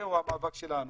זה המאבק שלנו.